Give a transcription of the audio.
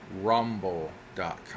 rumble.com